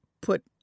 put